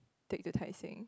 take the Tai-Seng